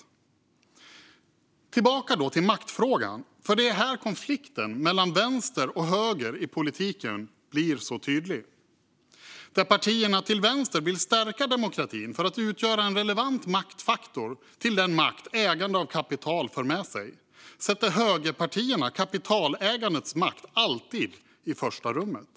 Jag ska gå tillbaka till maktfrågan, eftersom det är där konflikten mellan vänster och höger i politiken blir så tydlig. Där partierna till vänster vill stärka demokratin för att utgöra en relevant maktfaktor till den makt ägande av kapital för med sig sätter högerpartierna alltid kapitalägandets makt i första rummet.